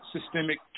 systemic